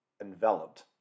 enveloped